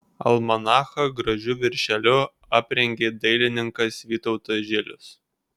almanachą gražiu viršeliu aprengė dailininkas vytautas žilius